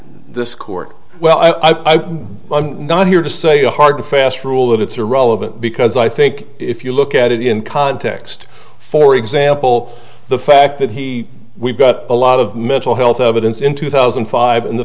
this court well i'm not here to say a hard fast rule that it's irrelevant because i think if you look at it in context for example the fact that he we've got a lot of mental health evidence in two thousand and five in the